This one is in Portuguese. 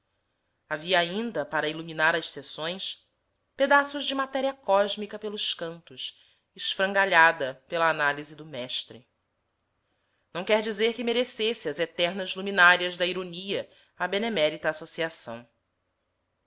havia ainda para iluminar as sessões pedaços de matéria cósmica pelos cantos esfrangalhada pela análise do mestre não quer dizer que merecesse as eternas luminárias da ironia a benemérita associação